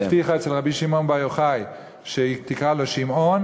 והיא הבטיחה אצל רבי שמעון בר יוחאי שהיא תקרא לו שמעון,